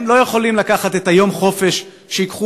הם לא יכולים לקחת את יום החופש שייקח